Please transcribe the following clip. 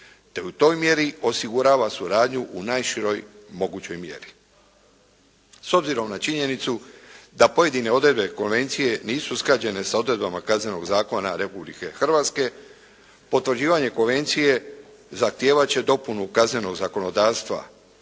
te u toj mjeri osigurava suradnju u najširoj mogućoj mjeri. S obzirom na činjenicu da pojedine odredbe konvencije nisu usklađene sa odredbama Kaznenog zakona Republike Hrvatske potvrđivanje konvencije zahtijevati će dopunu kaznenog zakonodavstva